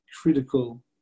critical